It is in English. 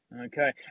Okay